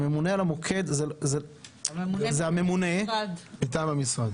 הממונה על המוקד זה הממונה מטעם המשרד.